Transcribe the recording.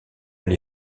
elle